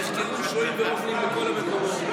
נחקרו שועים ורוזנים מכל המקומות.